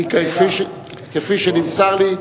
כפי שנמסר לי,